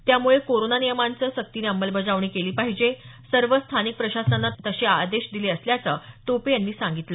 त्यामुळे कोरोना नियमांची सक्तीनं अंमलबजावणी केली पाहिजे सर्व स्थानिक प्रशासनांना तसे आदेश दिले असल्याचं टोपे यांनी सांगितलं